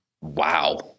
Wow